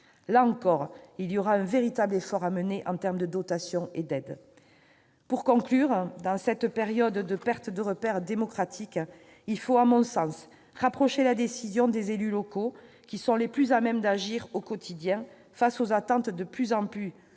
Là encore, il faudra accomplir un véritable effort en termes de dotations et d'aides. Pour conclure, dans cette période de perte de repères démocratiques, il faut à mon sens rapprocher la décision des élus locaux, qui sont les plus à même d'agir au quotidien face aux attentes de plus en plus